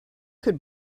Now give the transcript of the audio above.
could